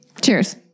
Cheers